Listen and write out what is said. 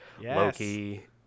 Loki